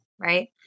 Right